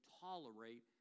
tolerate